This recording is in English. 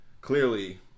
clearly